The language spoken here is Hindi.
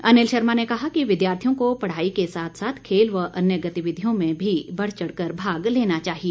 अनिल शर्मा ने कहा कि विद्यार्थियों को पढ़ाई के साथ साथ खेल व अन्य गतिविधियों में भी बढ़चढ़ कर भाग लेना चाहिए